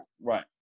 Right